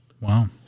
Wow